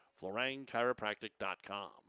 FlorangChiropractic.com